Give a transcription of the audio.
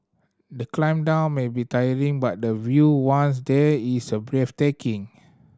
the climb down may be tiring but the view once there is a breathtaking